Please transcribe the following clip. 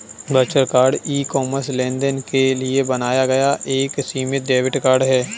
virtual card e commerce लेनदेन के लिए बनाया गया एक सीमित डेबिट कार्ड है